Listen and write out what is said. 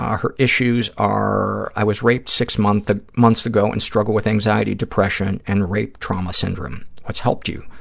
her issues are, i was raped six months ah months ago and struggle with anxiety, depression and rape trauma syndrome. what's helped you?